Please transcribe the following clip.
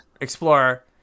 Explorer